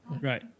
Right